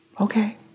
Okay